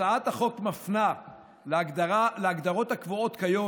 הצעת החוק מפנה להגדרות הקבועות כיום